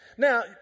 Now